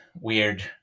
weird